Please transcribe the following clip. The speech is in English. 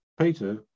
Peter